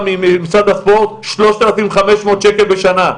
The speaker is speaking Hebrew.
ממשרד הספורט שלושת אלפים חמש מאות שקל בשנה.